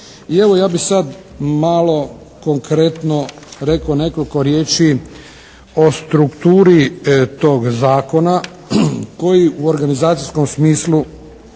I evo, ja bih sada malo konkretno rekao nekoliko riječi o strukturi tog zakona koji u organizacijskom smislu